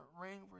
ring